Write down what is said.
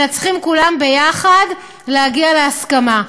אלא צריכים כולם יחד להגיע להסכמה.